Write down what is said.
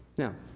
now,